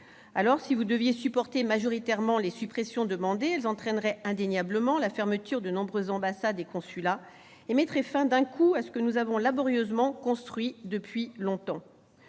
? Si vous deviez supporter majoritairement les suppressions demandées, celles-ci entraîneraient indéniablement la fermeture de nombreuses ambassades et consulats et mettraient fin, d'un coup, à ce que nous avons laborieusement construit depuis longtemps.